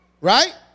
right